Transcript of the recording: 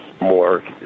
more